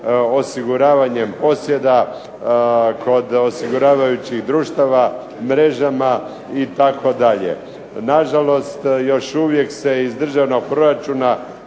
osiguravanjem posjeda kod osiguravajućih društava, mrežama itd. Nažalost, još uvijek se iz državnog proračuna